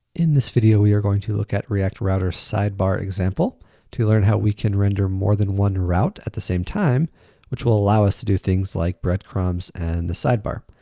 in this video, we're going to look at react router sidebar example to learn how we can render more than one route at the same time which will allow us to do things like breadcrumbs and the sidebar.